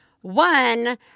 One